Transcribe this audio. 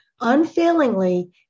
unfailingly